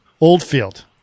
Oldfield